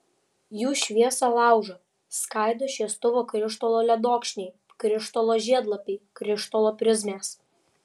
jų šviesą laužo skaido šviestuvo krištolo ledokšniai krištolo žiedlapiai krištolo prizmės